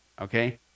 Okay